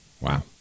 Wow